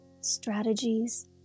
strategies